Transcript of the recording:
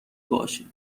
باشه